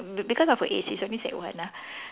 be~ because of her age she's only sec one ah